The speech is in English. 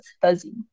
fuzzy